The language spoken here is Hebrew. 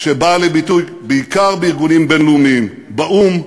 שבאה לידי בידי ביטוי בעיקר בארגונים בין-לאומיים: באו"ם,